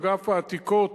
אגף העתיקות,